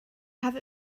have